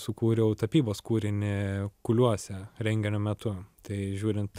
sukūriau tapybos kūrinį kūliuose renginio metu tai žiūrint